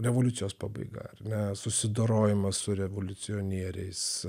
revoliucijos pabaiga ar ne susidorojimas su revoliucionieriais